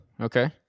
okay